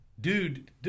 Dude